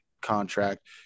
contract